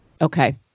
Okay